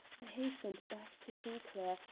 i hastened back to sinclair,